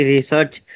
Research